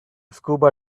scuba